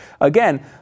Again